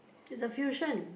it's a fusion